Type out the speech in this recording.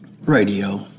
radio